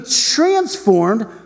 transformed